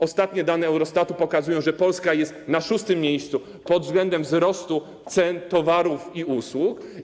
Ostatnie dane Eurostatu pokazują, że Polska jest na szóstym miejscu pod względem wzrostu cen towarów i usług.